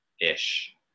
ish